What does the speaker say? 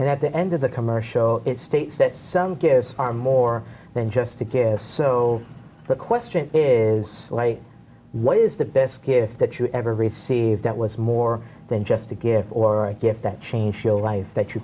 and at the end of the commercial it states that some gifts are more than just a gift so the question is like what is the best gift that you ever received that was more than just a gift or a gift that changed show life that you